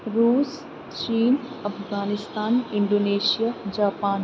روس چین Afghanistan Indonesia Japan